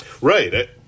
Right